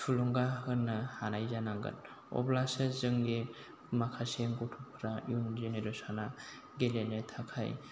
थुलुंगा होनो हानाय जानांगोन अब्लासो जोंनि माखासे गथ'फ्रा इयुन जेनेरेस'ना गेलेनो थाखाय